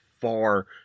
far